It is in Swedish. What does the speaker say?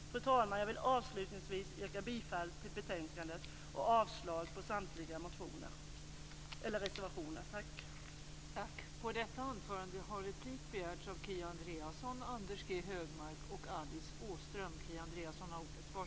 Fru talman! Jag vill avslutningsvis yrka bifall till hemställan i betänkandet och avslag på samtliga reservationer.